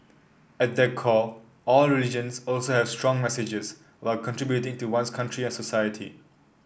at their core all religions also have strong messages will contributing to one's country and society